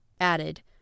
added